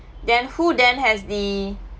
then who then has the